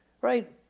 Right